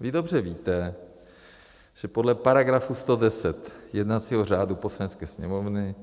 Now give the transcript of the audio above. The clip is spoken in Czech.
Vy dobře víte, že podle § 110 jednacího řádu Poslanecké sněmovny